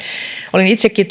olin itsekin